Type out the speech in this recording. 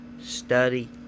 study